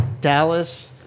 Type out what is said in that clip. Dallas